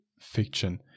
fiction